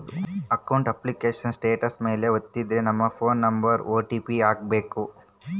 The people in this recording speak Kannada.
ಅಕೌಂಟ್ ಅಪ್ಲಿಕೇಶನ್ ಸ್ಟೇಟಸ್ ಮೇಲೆ ವತ್ತಿದ್ರೆ ನಮ್ ಫೋನ್ ನಂಬರ್ ಹಾಕಿ ಓ.ಟಿ.ಪಿ ಹಾಕ್ಬೆಕು